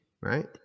right